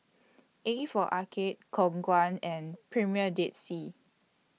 A For Arcade Khong Guan and Premier Dead Sea